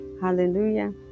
Hallelujah